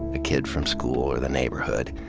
a kid from school or the neighborhood.